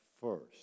first